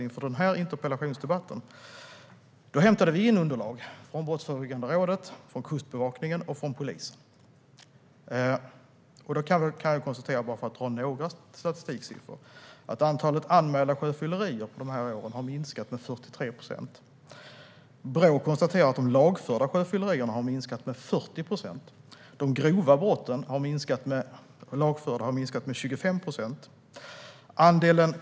Inför denna interpellationsdebatt hämtade vi nämligen in underlag från Brottsförebyggande rådet, Kustbevakningen och polisen. Jag kan konstatera, om jag får dra några statistiksiffror, att antalet anmälda sjöfyllerier under dessa år har minskat med 43 procent. Brå konstaterar att de lagförda sjöfyllerierna har minskat med 40 procent. De grova lagförda brotten har minskat med 25 procent.